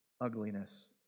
ugliness